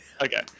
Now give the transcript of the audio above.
Okay